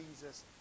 Jesus